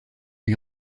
lui